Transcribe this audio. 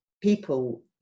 people